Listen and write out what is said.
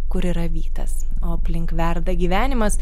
kur yra vytas o aplink verda gyvenimas